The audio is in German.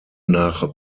nach